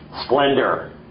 splendor